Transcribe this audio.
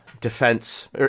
defense